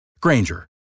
Granger